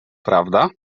prawda